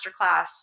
masterclass